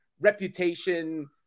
reputation